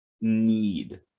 need